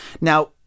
Now